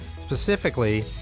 specifically